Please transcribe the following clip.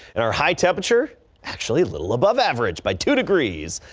and our high temperature actually little above average by two degrees.